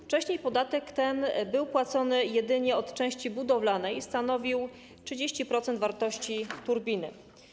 Wcześniej podatek ten był płacony jedynie od części budowlanej i stanowił 30% wartości turbiny.